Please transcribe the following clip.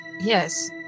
yes